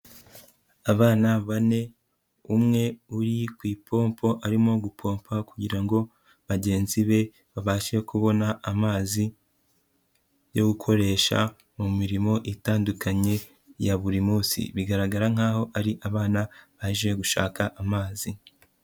Abana bane umwe uri ku ipompo arimo gupompa kugira ngo bagenzi be babashe kubona amazi yo gukoresha mu mirimo itandukanye ya buri munsi, bigaragara nkaho ari abana baje gushaka amazi.